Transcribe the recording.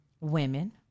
women